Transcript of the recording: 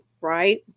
Right